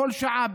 בכל שעה,